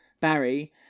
barry